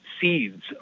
seeds